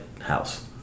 house